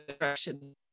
direction